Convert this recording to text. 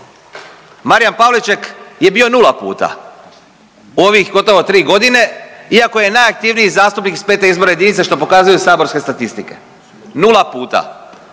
Marijan Pavliček je bio nula puta u ovih gotovo 3.g. iako je najaktivniji zastupnik iz 5. izborne jedinice, što pokazuju saborske statistike, nula puta